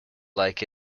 like